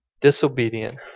disobedient